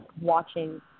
watching